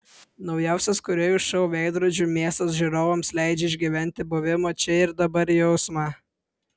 naujausias kūrėjų šou veidrodžių miestas žiūrovams leidžia išgyventi buvimo čia ir dabar jausmą